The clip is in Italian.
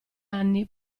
anni